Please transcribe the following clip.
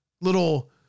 little